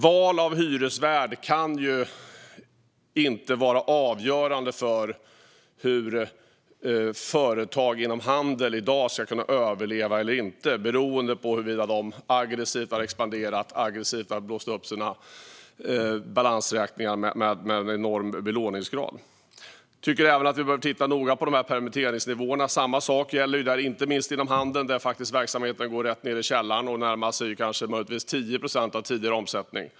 Val av hyresvärd och beroende på om de aggressivt har expanderat och aggressivt har blåst upp sina balansräkningar med en enorm belåningsgrad kan inte vara avgörande för om företag inom handeln i dag ska kunna överleva eller inte. Jag tycker även att vi bör titta noga på permitteringsnivåerna. Samma sak gäller där, inte minst inom handeln där verksamheten går rätt ned i källaren och möjligtvis närmar sig 10 procent av tidigare omsättning.